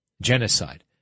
Genocide